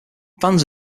fans